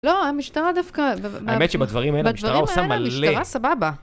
לא, המשטרה דווקא... האמת שבדברים האלה, המשטרה עושה מלא. בדברים האלה המשטרה סבבה.